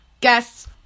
Guess